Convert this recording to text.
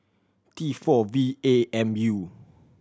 T four V A M U